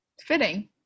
fitting